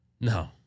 No